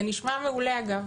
זה נשמע מעולה אגב,